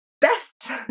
best